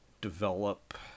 develop